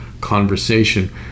conversation